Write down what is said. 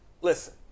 listen